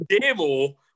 demo